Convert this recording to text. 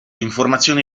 informazioni